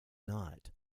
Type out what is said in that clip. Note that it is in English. not